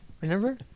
Remember